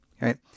right